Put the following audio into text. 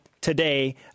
today